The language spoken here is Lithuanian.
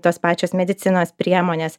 tos pačios medicinos priemonės